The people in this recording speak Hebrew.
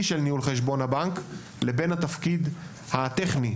של ניהול חשבון הבנק לבין התפקיד הטכני.